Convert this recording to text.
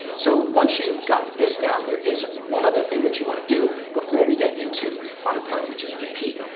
so once you've got this down, there is one other thing that you want to do before we get into the fun part which is repeat.